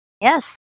Yes